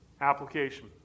Application